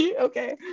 Okay